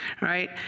right